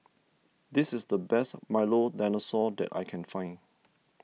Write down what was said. this is the best Milo Dinosaur that I can find